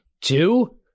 two